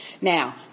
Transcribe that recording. Now